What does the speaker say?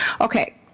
Okay